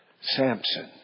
Samson